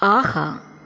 ஆஹா